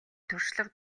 туршлага